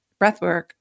breathwork